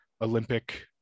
Olympic